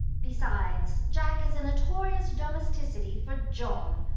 besides, jack is a notorious domesticity for john!